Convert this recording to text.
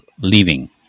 leaving